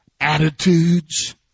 attitudes